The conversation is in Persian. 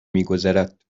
میگذرد